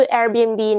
Airbnb